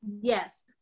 Yes